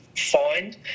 find